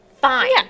fine